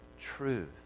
truth